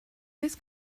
this